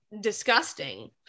disgusting